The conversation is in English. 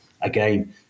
again